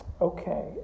Okay